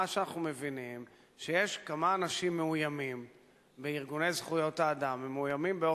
מה שאנחנו מבינים הוא שיש בארגוני זכויות האדם כמה אנשים מאוימים,